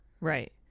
Right